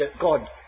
God